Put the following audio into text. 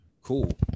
cool